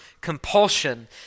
compulsion